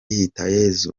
hitayezu